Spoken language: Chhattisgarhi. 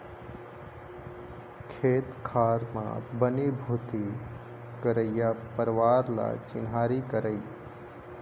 खेत खार म बनी भूथी करइया परवार ल चिन्हारी करई